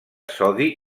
sodi